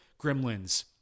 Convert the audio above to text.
gremlins